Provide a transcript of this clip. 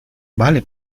vale